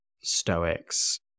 stoics